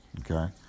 okay